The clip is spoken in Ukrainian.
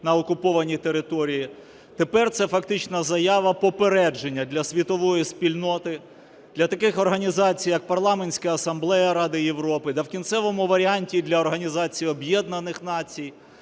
на окупованій території. Тепер це фактична заява попередження для світової спільноти, для таких організацій як Парламентська асамблея Ради Європи, та в кінцевому варіанті і для Організації Об'єднаних Націй,